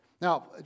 Now